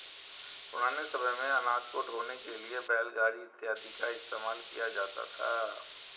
पुराने समय मेंअनाज को ढोने के लिए बैलगाड़ी इत्यादि का इस्तेमाल किया जाता था